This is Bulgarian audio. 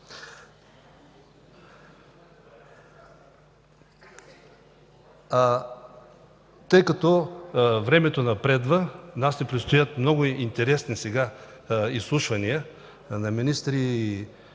Тъй като времето напредва, на нас ни предстоят много интересни изслушвания на министри,